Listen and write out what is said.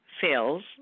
fails